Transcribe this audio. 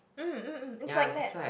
mm mm mm it's like that